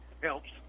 helps